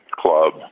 club